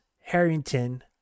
Harrington